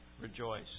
rejoice